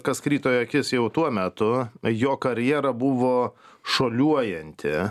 kas krito į akis jau tuo metu jo karjera buvo šuoliuojanti